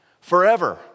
forever